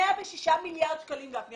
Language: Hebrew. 106 מיליארד שקלים, גפני.